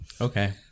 Okay